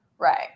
Right